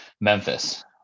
Memphis